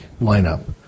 lineup